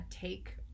take